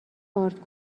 آرد